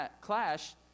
clash